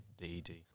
DED